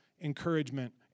encouragement